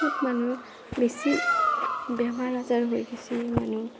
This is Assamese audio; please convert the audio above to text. বহুত মানুহৰ বেছি বেমাৰ আজাৰ হৈ গেইছি মানুহ